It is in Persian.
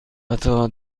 قطار